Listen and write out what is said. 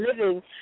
living